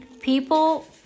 People